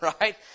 right